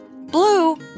Blue